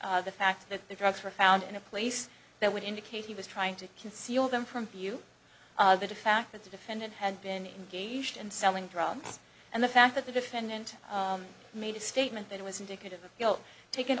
the fact that the drugs were found in a place that would indicate he was trying to conceal them from view that a fact that the defendant had been engaged in selling drugs and the fact that the defendant made a statement that it was indicative of guilt taken